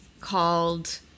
called